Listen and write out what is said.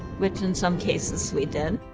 which in some cases we did,